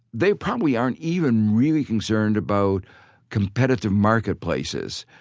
they probably aren't even really concerned about competitive marketplaces.